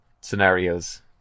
scenarios